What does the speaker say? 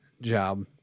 job